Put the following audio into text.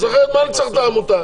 אז אחרת למה אני צריך את העמותה?